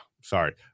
sorry